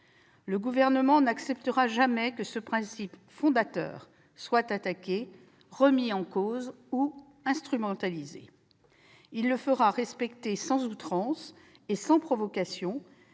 Le Gouvernement n'acceptera jamais que ce principe fondateur soit attaqué, remis en cause ou instrumentalisé. Il le fera respecter sans outrance et sans provocation,